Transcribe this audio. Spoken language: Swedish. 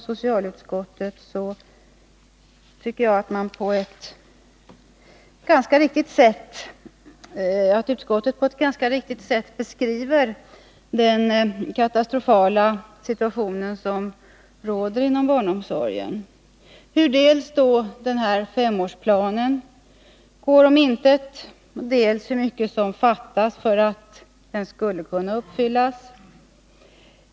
Socialutskottet beskriver i det här betänkandet på ett riktigt sätt den katastrofala situation som råder inom barnomsorgen: dels hur femårsplanen går om intet, dels hur mycket som fattas för att den skulle kunna uppfyllas.